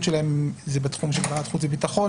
שלהם זה בתחום של ועדת חוץ וביטחון.